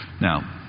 Now